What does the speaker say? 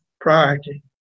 priority